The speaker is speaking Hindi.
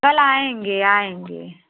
कल आएँगे आएँगे